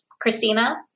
Christina